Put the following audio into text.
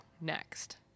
next